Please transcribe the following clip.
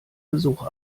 besuch